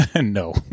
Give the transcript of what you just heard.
No